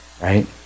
right